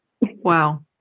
Wow